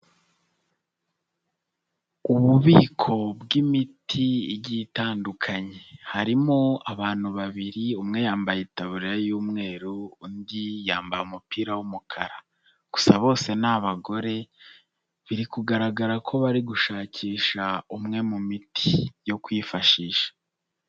Ububiko bw'imiti igiye itandukanye, harimo abantu babiri umwe yambaye itaburiye y'umweru, undi yambaye umupira w'umukara gusa bose ni abagore, biri kugaragara ko bari gushakisha umwe mu miti yo kwifashisha.